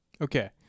Okay